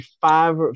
five